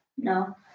No